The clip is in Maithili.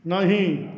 नहि